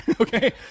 Okay